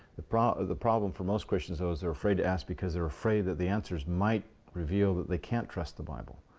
the problem the problem for most christians though is they're afraid to ask. because they're afraid that the answers might reveal that they can't trust the bible.